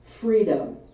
freedom